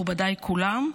מכובדיי כולם,